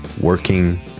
working